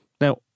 Now